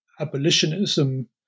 abolitionism